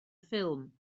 ffilm